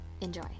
Enjoy